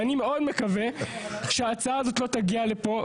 ואני מאוד מקווה שההצעה הזאת לא תגיע לפה,